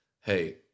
hey